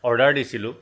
order দিছিলোঁ